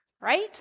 right